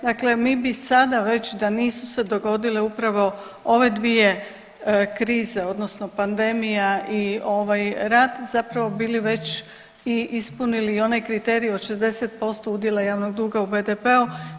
Dakle, mi sada već da nisu se dogodile upravo ove dvije krize, odnosno pandemija i ovaj rat zapravo bili već i ispunili i onaj kriterij 60% udjela javnog duga u BDP-u.